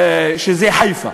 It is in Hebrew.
שזה "חיפה".